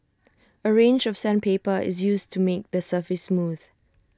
A range of sandpaper is used to make the surface smooth